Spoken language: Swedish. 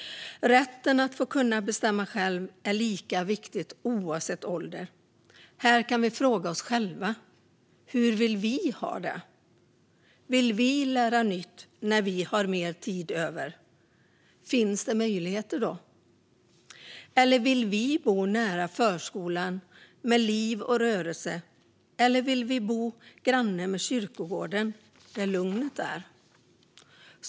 Rätten att få bestämma själv är lika viktig oavsett ålder. Här kan vi fråga oss själva: Hur vill vi ha det? Vill vi lära nytt när vi har mer tid över? Finns det möjligheter då? Vill vi bo nära förskolan med liv och rörelse, eller vill vi bo granne med kyrkogården där lugnet är?